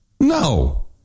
no